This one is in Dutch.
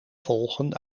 volgen